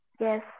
Yes